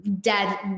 dead